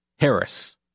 Harris